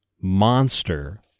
monster